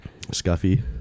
Scuffy